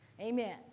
Amen